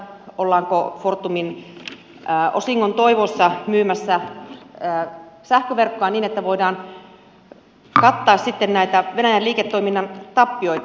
ollaanko fortumin osingon toivossa myymässä sähköverkkoa niin että voidaan kattaa sitten näitä venäjän liiketoiminnan tappioita